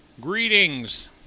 Greetings